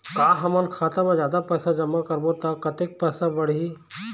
का हमन खाता मा जादा पैसा जमा करबो ता कतेक पैसा बढ़ही?